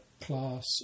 class